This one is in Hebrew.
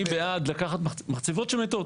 אני בעד לקחת מחצבות מתות.